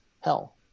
hell